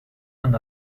and